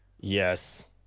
Yes